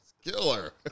Killer